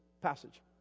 passage